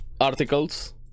articles